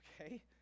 okay